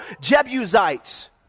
Jebusites